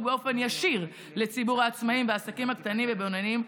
באופן ישיר לציבור העצמאים ולעסקים הקטנים והבינוניים.